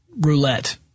roulette